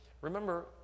remember